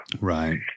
Right